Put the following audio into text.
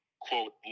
quote